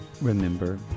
remember